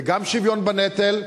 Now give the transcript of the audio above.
זה גם שוויון בנטל,